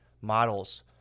models